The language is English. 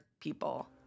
people